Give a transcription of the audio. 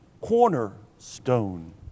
cornerstone